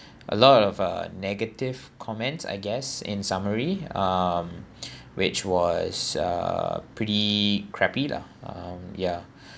a lot of uh negative comments I guess in summary um which was uh pretty crappy lah um ya